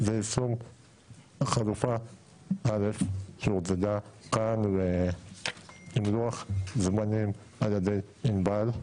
יישום חלופה א' שהוצגה כאן ועם לוח זמנים על ידי עינבל.